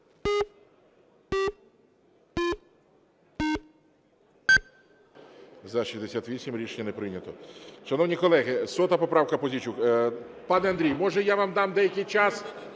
За-68 Рішення не прийнято. Шановні колеги, 100 поправка, Пузійчук. Пане Андрій, може, я вам дам деякий час?